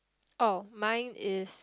oh mine is